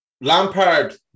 Lampard